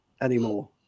anymore